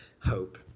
hope